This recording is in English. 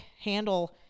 handle—